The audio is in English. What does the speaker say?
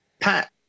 Pat